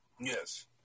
Yes